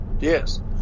Yes